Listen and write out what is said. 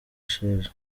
sheja